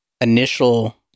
initial